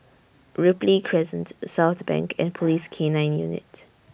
Ripley Crescent Southbank and Police K nine Unit